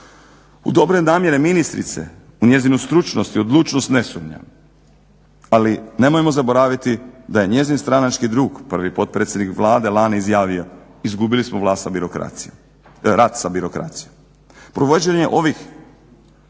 U dobre namjere ministrice, u njezinu stručnost i odlučnost ne sumnjam ali nemojmo zaboraviti da je njezin stranački drug prvi potpredsjednik Vlade lani izjavio izgubili smo rat sa birokracijom. Provođenje ovih